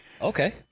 Okay